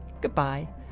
Goodbye